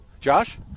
Josh